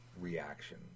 reaction